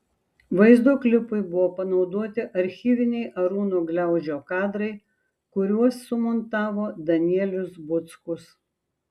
vaizdo klipui buvo panaudoti archyviniai arūno gliaudžio kadrai kuriuos sumontavo danielius buckus